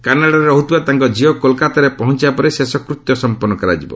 କାନାଡ଼ାରେ ରହୁଥିବା ତାଙ୍କ ଝିଅ କୋଲ୍କାତାରେ ପହଞ୍ଚବା ପରେ ଶେଷକୃତ୍ୟ ସମ୍ପନ୍ନ କରାଯିବ